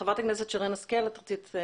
ח"כ שרן השכל בבקשה.